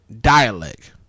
Dialect